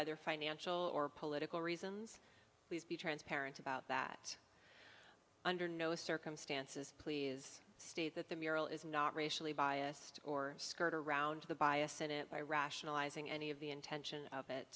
other financial or political reasons please be transparent about that under no circumstances please state that the mural is not racially biased or skirt around the bias senate by rationalizing any of the intention of it